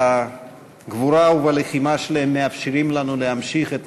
שבגבורה ובלחימה שלהם מאפשרים לנו להמשיך את